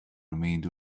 remained